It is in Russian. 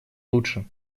лучше